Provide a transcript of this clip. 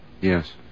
Yes